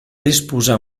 disposar